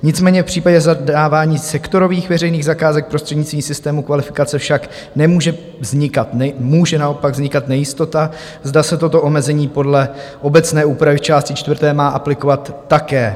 Nicméně v případě zadávání sektorových veřejných zakázek prostřednictvím systému kvalifikace však může naopak vznikat nejistota, zda se toto omezení podle obecné úpravy v části čtvrté má aplikovat také.